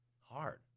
hard